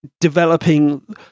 developing